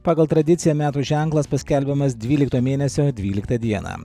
pagal tradiciją metų ženklas paskelbiamas dvylikto mėnesio dvyliktą dieną